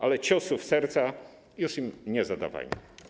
Ale ciosu w serca już im nie zadawajmy.